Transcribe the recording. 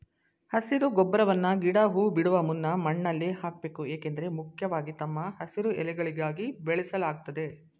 ಹಸಿರು ಗೊಬ್ಬರವನ್ನ ಗಿಡ ಹೂ ಬಿಡುವ ಮುನ್ನ ಮಣ್ಣಲ್ಲಿ ಹಾಕ್ಬೇಕು ಏಕೆಂದ್ರೆ ಮುಖ್ಯವಾಗಿ ತಮ್ಮ ಹಸಿರು ಎಲೆಗಳಿಗಾಗಿ ಬೆಳೆಸಲಾಗ್ತದೆ